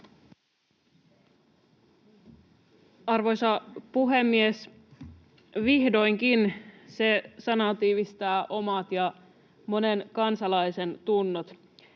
Arvoisa puhemies! ”Vihdoinkin” — se sana tiivistää omat ja monen kansalaisen tunnot.